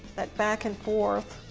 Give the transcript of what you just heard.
that back and forth